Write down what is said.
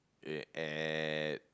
eh at